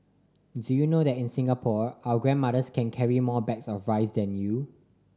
do you know that in Singapore our grandmothers can carry more bags of rice than you